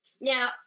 Now